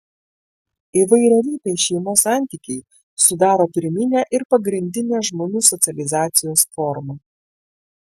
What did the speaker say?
įvairialypiai šeimos santykiai sudaro pirminę ir pagrindinę žmonių socializacijos formą